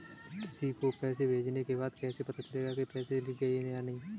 किसी को पैसे भेजने के बाद कैसे पता चलेगा कि पैसे गए या नहीं?